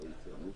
הלאה.